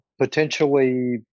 potentially